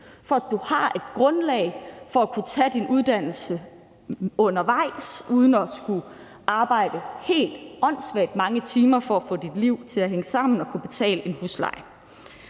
for at du har et grundlag for at kunne tage din uddannelse undervejs uden at skulle arbejde helt åndssvagt mange timer for at få dit liv til at hænge sammen og kunne betale en husleje.